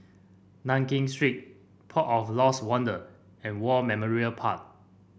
Nankin Street Port of Lost Wonder and War Memorial Park